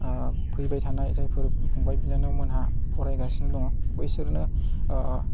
फैबाय थानाय जायफोर फंबाय बिनानावमोनहा फरायगासिनो दङ बैसोरनो